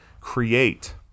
create